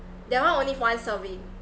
that one only once a week